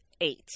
eight